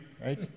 right